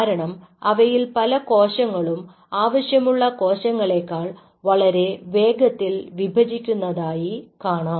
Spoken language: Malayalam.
കാരണം അവയിൽ പല കോശങ്ങളും ആവശ്യമുള്ള കോശങ്ങളെക്കാൾ വളരെ വേഗത്തിൽ വിഭജിക്കുന്നതായി കാണാം